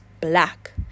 black